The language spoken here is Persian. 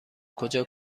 کجا